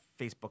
Facebook